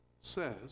says